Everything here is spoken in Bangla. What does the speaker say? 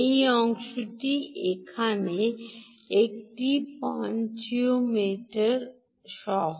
এই অংশটি এখানে এখানে একটি পন্টিওনোমিটার সহ